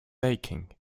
aching